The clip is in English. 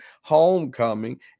homecoming